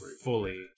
fully